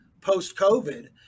post-COVID